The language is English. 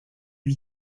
you